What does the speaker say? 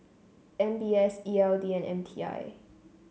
M B S E L D and M T I